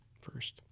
first